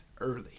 early